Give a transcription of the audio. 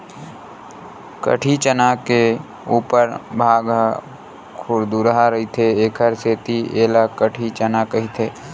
कटही चना के उपर भाग ह खुरदुरहा रहिथे एखर सेती ऐला कटही चना कहिथे